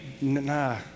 nah